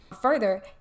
further